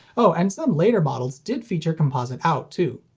oh, and some later models did feature composite out, too.